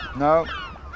No